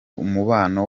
umubano